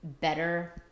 better